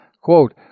Quote